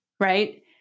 right